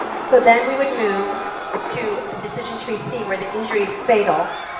so then we would move ah to decision tree c where the injury is fatal,